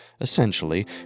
Essentially